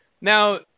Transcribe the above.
Now